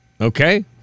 okay